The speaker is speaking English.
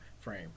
frame